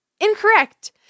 Incorrect